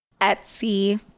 Etsy